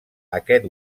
aquest